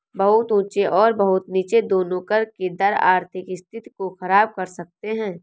बहुत ऊँचे और बहुत नीचे दोनों कर के दर आर्थिक स्थिति को ख़राब कर सकते हैं